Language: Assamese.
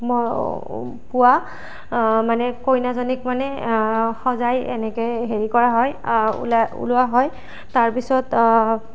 পুৱা মানে কইনাজনীক মানে সজাই এনেকৈ হেৰি কৰা হয় ওলা ওলোৱা হয় তাৰ পিছত